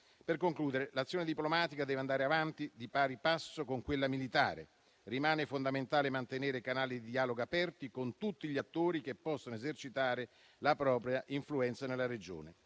Per concludere, l'azione diplomatica deve andare avanti di pari passo con quella militare. Rimane fondamentale mantenere canali di dialogo aperti con tutti gli attori che possono esercitare la propria influenza nella regione.